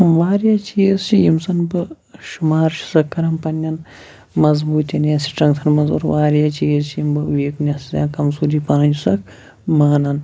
واریاہ چیٖز چھِ یِم زَن بہٕ شُمار چھُ سکھ کَران پنٛنٮ۪ن مضبوٗطٮ۪ن یا سٹرٛنٛگتھَن منٛز اور واریاہ چیٖز چھِ یِم بہٕ ویٖکنیٚس یا کَمزوٗری پَنٕنۍ چھُ سکھ مانان